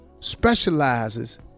specializes